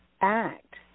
act